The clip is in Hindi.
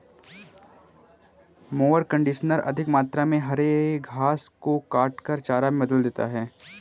मोअर कन्डिशनर अधिक मात्रा में हरे घास को काटकर चारा में बदल देता है